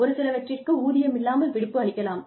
ஒரு சிலவற்றிற்கு ஊதியமில்லாமல் விடுப்பு அளிக்கலாம்